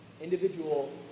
individual